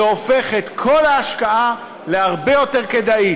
זה הופך את כל ההשקעה להרבה יותר כדאית.